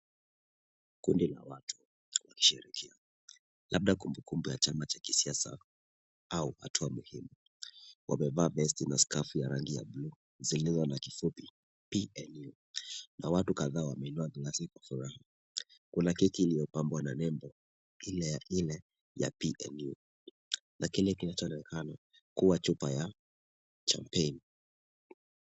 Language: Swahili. Kundi la watu wakishiriki labda kumbukumbu ya chama cha kisiasa au hatua muhimu. Wamevaa vesti na sakafu ya rangi ya buluu zilizo na kifupi PNU na watu kadhaa wameinua glasi kwa furaha. Kuna keki iliopambwa na nembo ile ya aina ya PNU lakini kinachoonekana kuwa chupa ya champagne